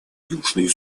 южный